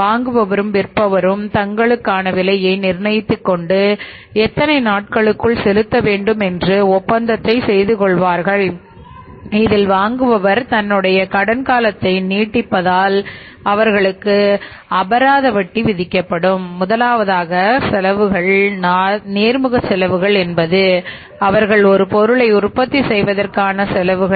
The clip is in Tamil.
வாங்குபவரும் விற்பவரும் தங்களுக்கான விலையை நிர்ணயித்துக் கொண்டு எத்தனை நாட்களுக்குள் செலுத்த வேண்டும் என்று ஒப்பந்தத்தை செய்து கொள்வார்கள் இதில் வாங்குபவர் தன்னுடைய கடன் காலத்தை நீட்டித்தால் அவர்களுக்கு அபராத வட்டி விதிக்கப்படும் முதலாவதாக செலவுகள் நேர்முக செலவுகள் என்பது அவர்கள் ஒரு பொருளை உற்பத்தி செய்வதற்கான செலவுகள்